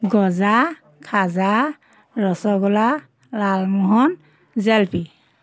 গজা খাজা ৰসগোলা লালমোহন জেলেপি